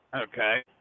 Okay